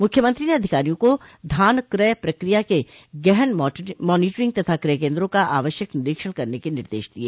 मुख्यमंत्री ने अधिकारियों को धान क्रय प्रक्रिया के गहन मॉनीटरिंग तथा क्रय केन्द्रों का आवश्यक निरीक्षण करने के निर्देश दिय